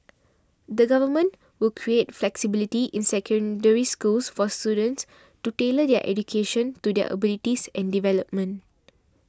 the Government will create flexibility in Secondary Schools for students to tailor their education to their abilities and development